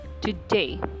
today